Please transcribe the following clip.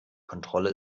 kontrolle